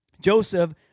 Joseph